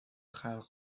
خلق